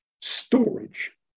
Storage